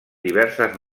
diverses